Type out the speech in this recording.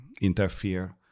interfere